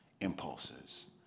impulses